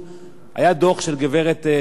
היה דוח של גברת טליה ששון,